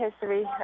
history